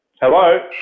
Hello